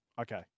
Okay